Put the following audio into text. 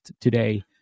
today